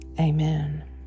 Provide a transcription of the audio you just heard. Amen